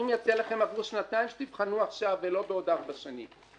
אני מציע לכם עברו שנתיים שתבחנו עכשיו ולא בעוד ארבע שנים.